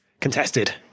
contested